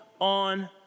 on